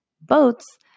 boats